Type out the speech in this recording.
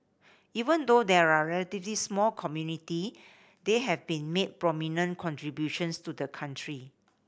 even though they are a relatively small community they have been made prominent contributions to the country